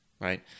right